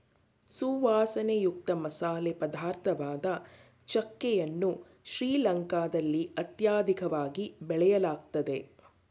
ಸುವಾಸನೆಯುಕ್ತ ಮಸಾಲೆ ಪದಾರ್ಥವಾದ ಚಕ್ಕೆ ಯನ್ನು ಶ್ರೀಲಂಕಾದಲ್ಲಿ ಅತ್ಯಧಿಕವಾಗಿ ಬೆಳೆಯಲಾಗ್ತದೆ